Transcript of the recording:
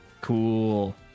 cool